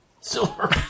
Silver